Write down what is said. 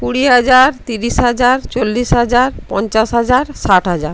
কুড়ি হাজার তিরিশ হাজার চল্লিশ হাজার পঞ্চাশ হাজার ষাট হাজার